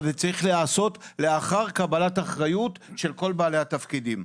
אבל זה צריך להיעשות לאחר קבלת אחריות של כל בעלי התפקידים.